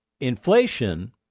inflation